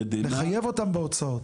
לחייב אותם בהוצאות?